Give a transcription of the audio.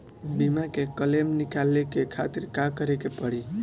बीमा के क्लेम निकाले के खातिर का करे के पड़ी?